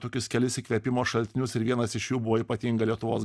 tokius kelis įkvėpimo šaltinius ir vienas iš jų buvo ypatinga lietuvos